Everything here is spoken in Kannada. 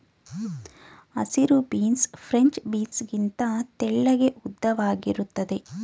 ಹಸಿರು ಬೀನ್ಸು ಫ್ರೆಂಚ್ ಬೀನ್ಸ್ ಗಿಂತ ತೆಳ್ಳಗೆ ಉದ್ದವಾಗಿರುತ್ತದೆ